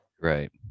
right